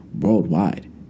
worldwide